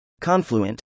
Confluent